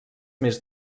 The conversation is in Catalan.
més